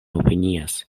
opinias